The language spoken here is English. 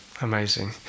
amazing